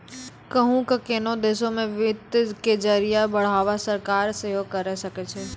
कहुं से कोनो देशो मे वित्त के जरिया के बढ़ावा सरकार सेहे करे सकै छै